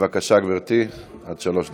בבקשה, גברתי, עד שלוש דקות.